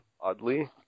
oddly